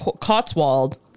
Cotswold